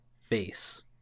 face